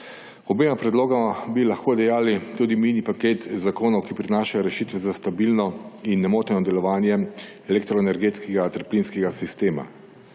Obema predlogoma bi lahko dejali tudi mini paket zakonov, ki prinašajo rešitve za stabilno in nemoteno delovanje elektroenergetskega ter plinskega sistema.